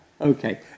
Okay